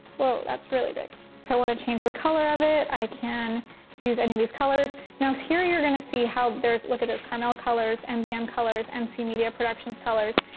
wow, that's really big. if i wanna change the color of it i can use any of these colors. now, here you're gonna see how there's, look at this, carmel colors, mbm colors, mc media productions colors.